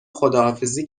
خداحافظی